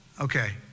Okay